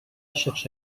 cherche